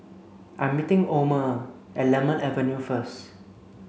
I'm meeting Omer at Lemon Avenue first